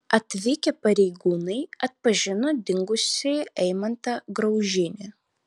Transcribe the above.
atvykę pareigūnai atpažino dingusįjį eimantą graužinį